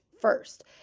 first